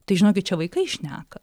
tai žinokit čia vaikai šneka